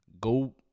go